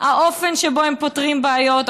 האופן שבו הם פותרים בעיות,